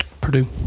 Purdue